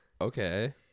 Okay